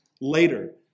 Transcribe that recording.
later